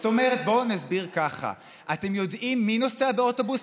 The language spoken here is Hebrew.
בואו נסביר ככה, אתם יודעים מי נוסע באוטובוס?